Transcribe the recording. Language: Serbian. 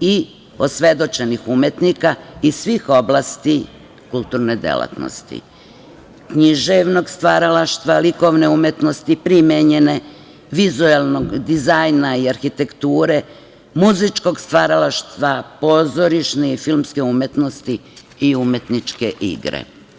i osvedočenih umetnika iz svih oblasti kulturne delatnosti: književnog stvaralaštva, likovne umetnosti, primenjene, vizuelnog dizajna i arhitekture, muzičkog stvaralaštva, pozorišne i filmske umetnosti i umetničke igre.